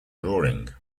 drawing